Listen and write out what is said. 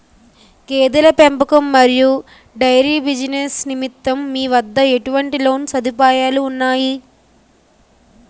గేదెల పెంపకం మరియు డైరీ బిజినెస్ నిమిత్తం మీ వద్ద ఎటువంటి లోన్ సదుపాయాలు ఉన్నాయి?